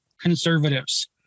conservatives